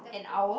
an hour